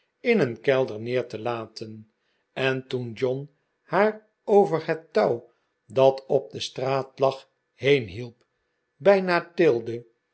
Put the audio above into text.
in een kelder neer te laten en toen john haar over het touw dat op de straat lag heen hielp bijna tilde